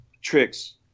Tricks